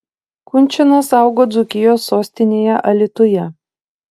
kunčinas augo dzūkijos sostinėje alytuje